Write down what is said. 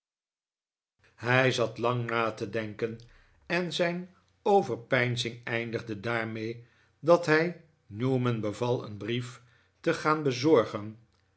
hij zat lang na te denken en zijn overpeinzing eindigde daarmee dat hij newman beval een brief te gaan bezorgen